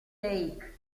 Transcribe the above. lake